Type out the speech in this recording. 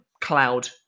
cloud